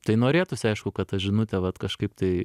tai norėtųs aišku kad ta žinutė vat kažkaip tai